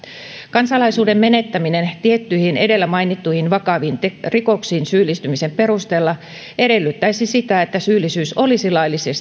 kansalaisuuden menettäminen tiettyihin edellä mainittuihin vakaviin rikoksiin syyllistymisen perusteella edellyttäisi sitä että syyllisyys olisi